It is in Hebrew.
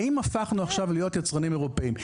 האם עכשיו הפכנו להיות יצרנים אירופיים?